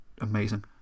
amazing